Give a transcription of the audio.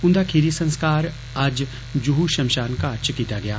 उंदा खीरी संस्कार अज्ज जुह षमषान घाट च कीता गेआ